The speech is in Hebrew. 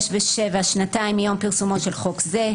6 ו-7 שנתיים מיום פרסומו של חוק זה,